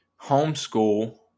homeschool